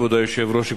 כבוד היושב-ראש,